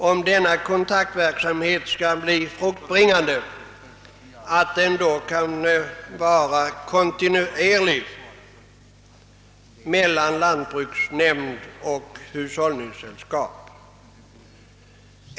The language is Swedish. Om denna kontaktverksamhet skall bli fruktbringande måste det naturligtvis bli en kontinuerlig kontakt mellan lantbruksnämnd och hushållningssällskap.